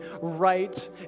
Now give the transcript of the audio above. right